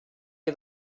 you